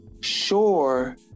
sure